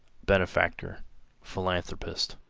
benefactor philanthropist.